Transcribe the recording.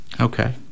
Okay